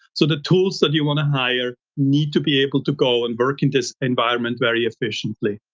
so the tools that you want to hire need to be able to go and work in this environment very efficiently.